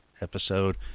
episode